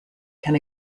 can